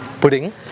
pudding